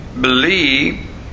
believe